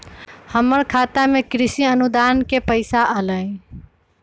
हमर खाता में कृषि अनुदान के पैसा अलई?